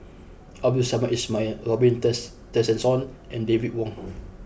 Abdul Samad Ismail Robin Tess Tessensohn and David Wong